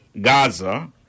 Gaza